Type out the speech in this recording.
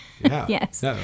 Yes